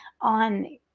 on